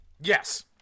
Yes